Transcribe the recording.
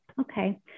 okay